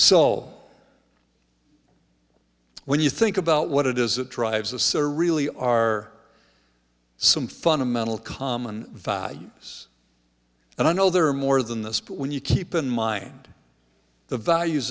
cell when you think about what it is that drives us are really are some fundamental common values and i know there are more than this but when you keep in mind the values